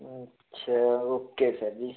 अच्छा okay sir जी